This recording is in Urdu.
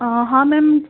ہاں ہاں میم